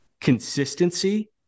consistency